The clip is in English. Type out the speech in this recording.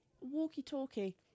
walkie-talkie